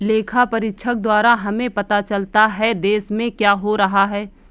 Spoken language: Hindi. लेखा परीक्षक द्वारा हमें पता चलता हैं, देश में क्या हो रहा हैं?